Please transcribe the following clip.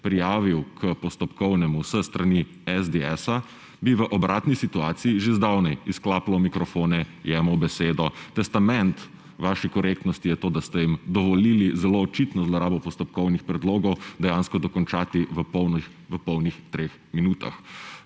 prijavil k postopkovnemu s strani SDS, bi v obratni situaciji že zdavnaj izklapljal mikrofone, jemal besedo. Testament vaše korektnosti je to, da ste jim dovolili zelo očitno zlorabo postopkovnih predlogov, dejansko dokončati v polnih treh minutah.